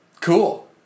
Cool